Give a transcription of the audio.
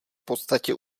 podstatě